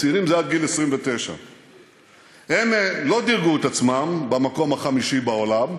צעירים זה עד גיל 29. הם לא דירגו את עצמם במקום החמישי בעולם,